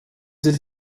did